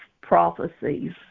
prophecies